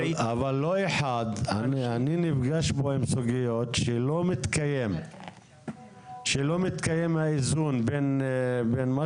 אני פוגש כאן סוגיות שלא מתקיים האיזון בין מה